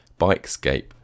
Bikescape